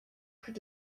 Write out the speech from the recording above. plus